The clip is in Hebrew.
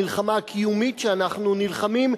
מלחמה קיומית שאנחנו נלחמים,